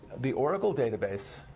the oracle database